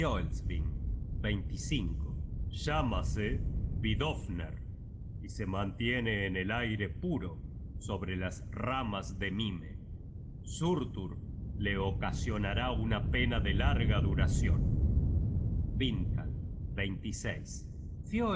llámase vidofner y se mantiene en el aire puro sobre las ramas de mime surtur le ocasionará una pena de larga duracion